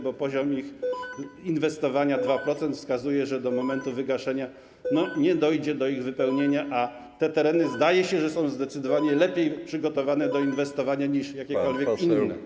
Bo poziom ich inwestowania 2% wskazuje, że do momentu wygaszenia nie dojdzie do ich wypełnienia, a te tereny, zdaje się, są zdecydowanie lepiej przygotowane do inwestowania niż jakiekolwiek inne.